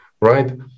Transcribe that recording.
right